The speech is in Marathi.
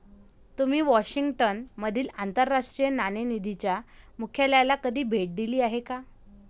तुम्ही वॉशिंग्टन मधील आंतरराष्ट्रीय नाणेनिधीच्या मुख्यालयाला कधी भेट दिली आहे का?